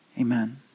Amen